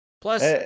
Plus